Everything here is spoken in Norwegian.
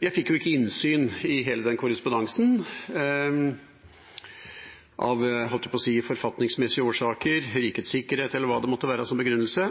Jeg fikk ikke innsyn i hele den korrespondansen av – jeg holdt på å si – forfatningsmessige årsaker, rikets sikkerhet eller hva det var som